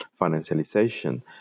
financialization